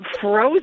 frozen